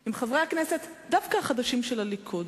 עם חברי הכנסת, דווקא החדשים, של הליכוד.